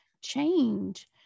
change